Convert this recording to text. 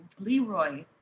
Leroy